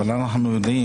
אבל אנחנו יודעים,